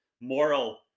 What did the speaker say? moral